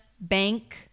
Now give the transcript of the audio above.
bank